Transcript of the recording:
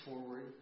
forward